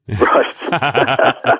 Right